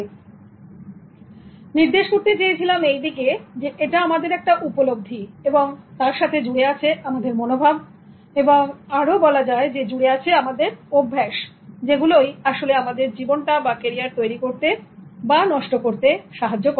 আমি নির্দেশ করতে চেয়েছিলাম এই দিকে যে এটা আমাদের উপলব্ধি এবং তার সাথে জুড়ে আছে আমাদের মনোভাব এবং আরো বলা যায় জুড়ে আছে আমাদের অভ্যাস যেগুলো আসলে আমাদের জীবনটা বা ক্যারিয়ার তৈরি করতে বা নষ্ট করতে সাহায্য করে